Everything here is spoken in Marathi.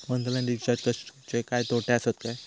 ऑनलाइन रिचार्ज करुचे काय तोटे आसत काय?